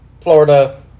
Florida